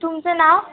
तुमचं नाव